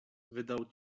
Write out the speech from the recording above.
wydał